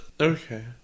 Okay